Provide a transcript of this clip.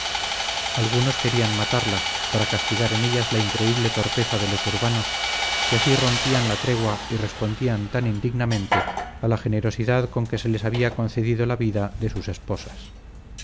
algunos querían matarlas para castigar en ellas la increíble torpeza de los urbanos que así rompían la tregua y respondían tan indignamente a la generosidad con que se les había concedido la vida de sus esposas